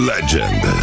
Legend